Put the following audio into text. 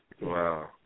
Wow